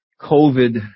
COVID